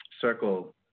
circle